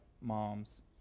moms